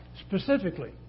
specifically